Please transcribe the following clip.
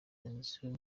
inzu